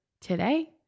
today